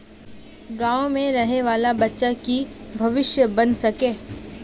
गाँव में रहे वाले बच्चा की भविष्य बन सके?